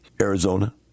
Arizona